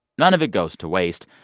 none of it goes to waste.